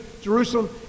Jerusalem